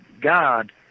God